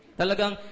talagang